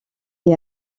est